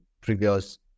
previous